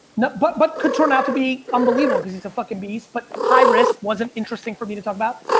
but but could turn out to be unbelievable cause he's a fucking beast, but high risk. wasn't interesting for me to talk about,